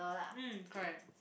mm correct